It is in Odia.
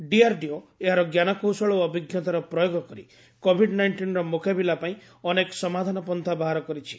ଡିଆର୍ଡିଓ ଏହାର ଜ୍ଞାନକୌଶଳ ଓ ଅଭିଜ୍ଞତାର ପ୍ରୟୋଗ କରି କୋଭିଡ୍ ନାଇଷ୍ଟିନର ମୁକାବିଲା ପାଇଁ ଅନେକ ସମାଧାନ ପନ୍ଥା ବାହାର କରିଛି